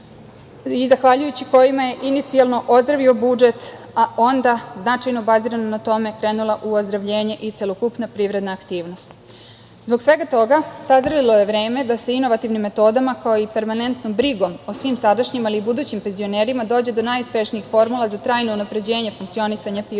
i zahvaljujući kojima je inicijalno ozdravio budžet, a onda značajno bazirano na tome, krenula u ozdravljenje i celokupna privredna aktivnost. Zbog svega toga, sazrelo je vreme da se inovativnim metodima, kao i permanentnom brigom o svim sadašnjim, ali i budućim penzionerima, dođe do najuspešnijih formula za trajno unapređenje funkcionisanja PIO